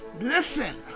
Listen